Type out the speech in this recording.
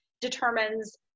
determines